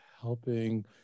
helping